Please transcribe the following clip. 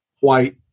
white